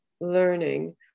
learning